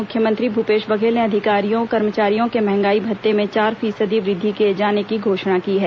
मुख्यमंत्री भूपेश बघेल ने अधिकारियों कर्मचारियों के महंगाई भत्ते में चार फीसदी वृद्धि किए जाने की घोषणा की है